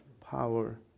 power